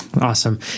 Awesome